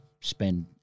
spend